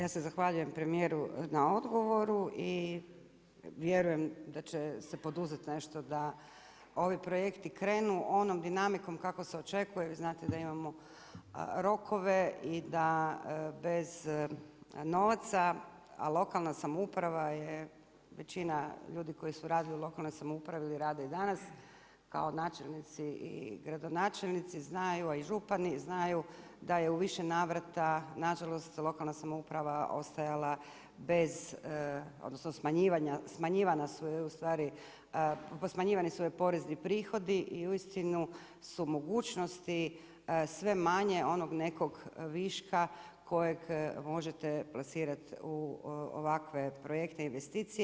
Pa ja se zahvaljujem premijeru na odgovoru i vjerujem da će se poduzeti nešto da ovi projekti krenu onom dinamikom kako se očekuje, vi znate da imamo rokove i da bez novaca a lokalna samouprava je, većina ljudi koji su radili u lokalnoj samoupravi rade i danas kao načelnici i gradonačelnici znaju a i župani znaju da je u više navrata nažalost lokalna samouprava ostajala bez, odnosno smanjivana su joj ustvari, smanjivani su joj porezni prihodi i uistinu su mogućnosti sve manje onog nekog viška kojeg možete plasirati u ovakve projektne investicije.